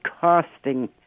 costing